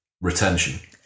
retention